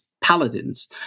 paladins